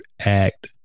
act